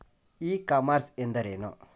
E commerce ಎಂದರೇನು?